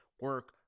Work